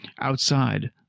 Outside